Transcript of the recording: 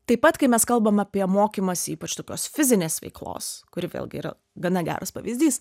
taip pat kai mes kalbam apie mokymąsi ypač tokios fizinės veiklos kuri vėlgi yra gana geras pavyzdys